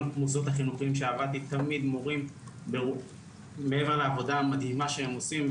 תמיד מורים מעבר לעבודה המדהימה שהם עושים,